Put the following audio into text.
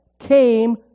came